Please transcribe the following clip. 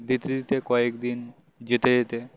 দিতে দিতে কয়েক দিন যেতে যেতে